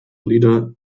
leader